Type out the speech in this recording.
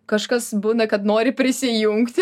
kažkas būna kad nori prisijungti